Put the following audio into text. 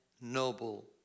noble